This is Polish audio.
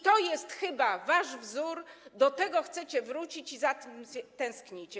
To jest chyba wasz wzór, do tego chcecie wrócić i za tym tęsknicie.